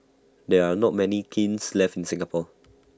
there are not many kilns left in Singapore